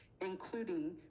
including